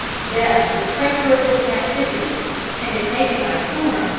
death was preferable to captivity and if taken by storm,